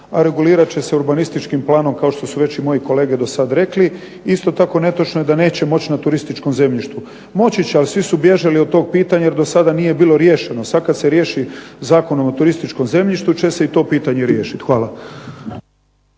a regulirat će se urbanističkim planom kao što su već i moji kolege do sad rekli. Isto tako netočno je da neće moći na turističkom zemljištu. Moći će, ali svi su bježali od tog pitanja jer do sada nije bilo riješeno. Sad kad se riješi Zakonom o turističkom zemljištu će se i to pitanje riješit. Hvala.